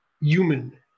human